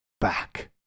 back